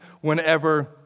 whenever